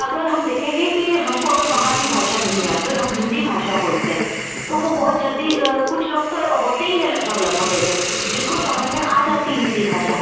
आग हम देखेंगे कि हमको अगर वहाँ की भाषा नहीं आती और हम हिन्दी भाषा बोलते हैं तो वो बहुत जल्दी कुछ लोग तो होते ही लगभग ऐसे जिनको समझ में आ जाती है हिन्दी भाषा